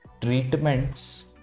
treatments